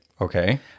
okay